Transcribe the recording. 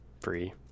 free